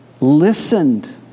listened